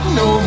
no